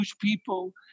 people